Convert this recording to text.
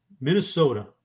Minnesota –